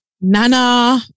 Nana